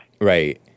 Right